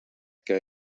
que